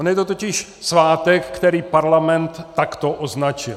On je to totiž svátek, který Parlament takto označil.